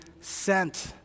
sent